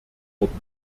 wurden